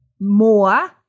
more